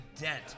dent